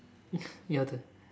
your turn